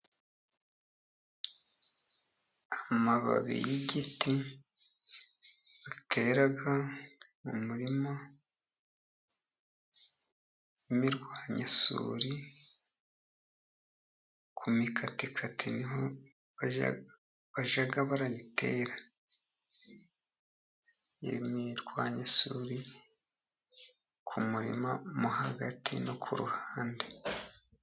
Amababi y'igiti batera mu mirima y'imirwanyasuri, ku mikatikati niho bajya bayitera, iri mu irwanyasuri ku murima mo hagati no ku ruhande.